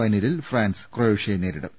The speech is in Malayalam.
ഫൈനലിൽ ഫ്രാൻസ് ക്രൊയേ ഷ്യയെ നേരിടും